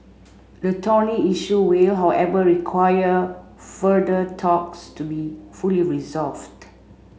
the thorny issue will however require further talks to be fully resolved